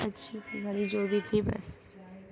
اچھی تھی گھڑی جو بھی تھی بس